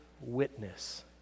witness